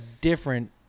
different